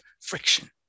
friction